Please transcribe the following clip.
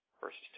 verses